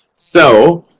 so,